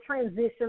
transition